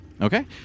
Okay